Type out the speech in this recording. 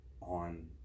on